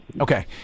Okay